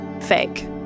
fake